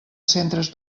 centres